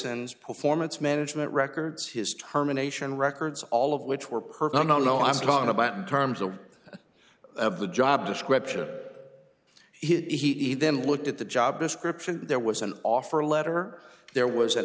and performance management records his terminations records all of which were person no no i'm talking about in terms of of the job description he then looked at the job description there was an offer letter there was an